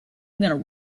going